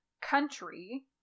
country